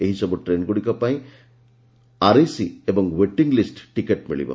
ଏହିସବୁ ଟ୍ରେନ୍ଗୁଡ଼ିକ ପାଇଁ ଆର୍ଏସି ଏବଂ ୱେଟିଂ ଲିଷ୍ଟ ଟିକେଟ୍ ମିଳିବ